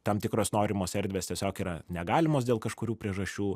tam tikros norimos erdvės tiesiog yra negalimos dėl kažkurių priežasčių